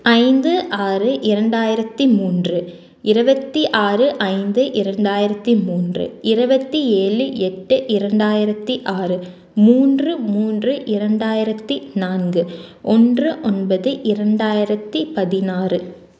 ஐந்து ஆறு இரண்டாயிரத்தி மூன்று இருபத்தி ஆறு ஐந்து இரண்டாயிரத்தி மூன்று இருபத்தி ஏழு எட்டு இரண்டாயிரத்தி ஆறு மூன்று மூன்று இரண்டாயிரத்தி நான்கு ஒன்று ஒன்பது இரண்டாயிரத்தி பதினாறு